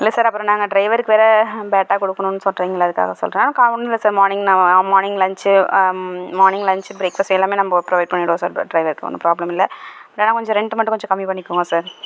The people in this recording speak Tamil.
இல்லை சார் அப்புறம் நாங்கள் டிரைவருக்கு வேறு பேட்டா கொடுக்கணுன்னு சொல்லுறீங்கள அதுக்காக சொல்கிறேன் ஒன்று இல்லை சார் மார்னிங் நான் morning lunch morning lunch breakfast எல்லாமே நம்ப ப்ரொவைட் பண்ணிவிட்றோம் சார் டிரை டிரைவருக்கு ஒன்றும் ப்ராப்ளம் இல்லை வேணா கொஞ்சம் ரென்ட்டு மட்டும் கொஞ்சம் கம்மி பண்ணிக்கோங்க சார்